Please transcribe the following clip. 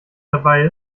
dabei